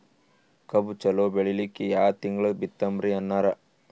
ಕಬ್ಬು ಚಲೋ ಬೆಳಿಲಿಕ್ಕಿ ಯಾ ತಿಂಗಳ ಬಿತ್ತಮ್ರೀ ಅಣ್ಣಾರ?